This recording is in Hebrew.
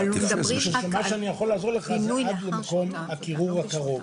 אני יכול לעזור עד מקום הקירור הקרוב.